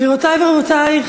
גבירותי ורבותי,